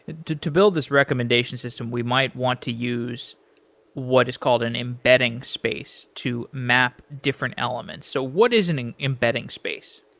to to build this recommendation system, we might want to use what is called an embedding space to map different elements. so what is an an embedding space?